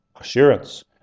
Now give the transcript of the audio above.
assurance